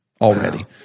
already